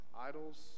idols